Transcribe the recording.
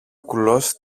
κουλός